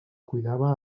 cuidava